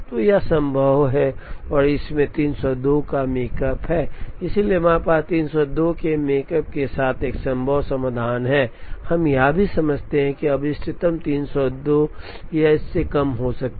तो यह संभव है और इसमें 302 का मेकप है इसलिए हमारे पास 302 के मेकप के साथ एक संभव समाधान है हम यह भी समझते हैं कि अब इष्टतम 302 या उससे कम हो सकता है